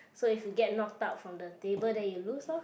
so if you get knocked out from the table then you lose lor